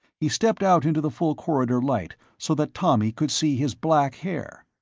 he stepped out into the full corridor light so that tommy could see his black hair.